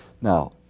Now